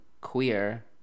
queer